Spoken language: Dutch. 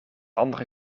andere